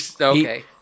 okay